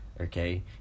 okay